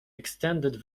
extended